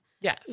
Yes